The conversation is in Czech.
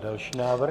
Další návrh.